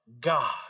God